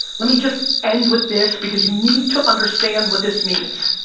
let me just end with this, because you need to understand what this means.